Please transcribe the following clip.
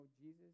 Jesus